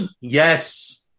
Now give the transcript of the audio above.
yes